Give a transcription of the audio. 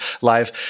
live